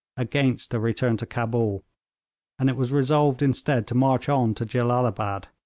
against a return to cabul and it was resolved instead to march on to jellalabad,